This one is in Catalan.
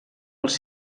els